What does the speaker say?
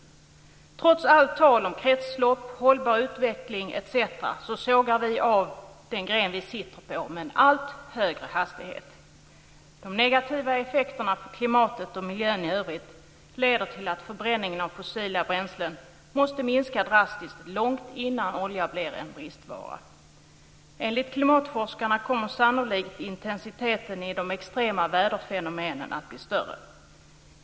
Trots allt tal om kretslopp, hållbar utveckling etc. sågar vi av den gren vi sitter på med en allt högre hastighet. De negativa effekterna för klimatet och miljön i övrigt leder till att förbränningen av fossila bränslen måste minska drastiskt långt innan olja blir en bristvara. Enligt klimatforskarna kommer sannolikt intensiteten i de extrema väderfenomenen att bli större.